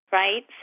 right